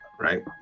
Right